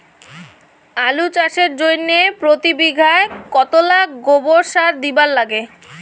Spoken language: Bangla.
আলু চাষের জইন্যে প্রতি বিঘায় কতোলা গোবর সার দিবার লাগে?